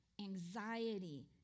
anxiety